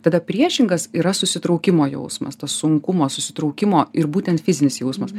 tada priešingas yra susitraukimo jausmas tas sunkumo susitraukimo ir būtent fizinis jausmas